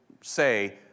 say